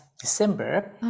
December